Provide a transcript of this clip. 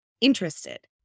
interested